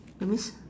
that means